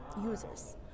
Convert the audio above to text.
users